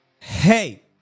hey